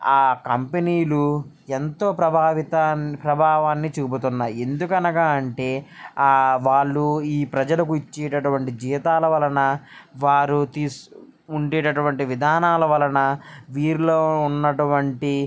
ఆ కంపెనీలు ఎంతో ప్రభావిత ప్రభావాన్ని చూపిస్తున్నాయి ఎందుకనగా అంటే ఆ వాళ్ళు ఈ ప్రజలకు ఇచ్చేటటువంటి జీతాల వలన వారు తీస్ ఉండేటువంటి విధానాల వలన వీరిలో ఉన్నటువంటి